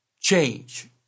Change